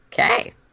Okay